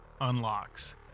unlocks